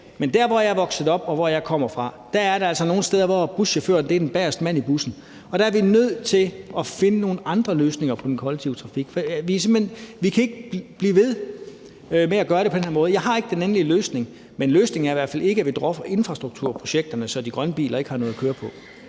men der, hvor jeg er vokset op og kommer fra, er der altså nogle steder, hvor buschaufføren er den bageste mand i bussen, og der er vi nødt til at finde nogle andre løsninger for den kollektive trafik, for vi kan ikke blive ved med at gøre det på den her måde. Jeg har ikke den endelige løsning, men løsningen er i hvert fald ikke, at vi dropper infrastrukturprojekterne, så de grønne biler ikke har noget at køre på.